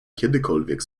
kiedykolwiek